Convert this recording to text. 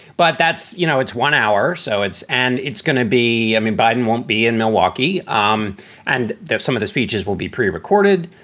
but that's you know, it's one hour. so it's and it's going to be i mean, biden won't be in milwaukee um and some of the speeches will be pre-recorded.